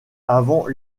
avant